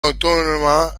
autónoma